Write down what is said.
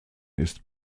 ist